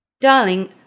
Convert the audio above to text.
Darling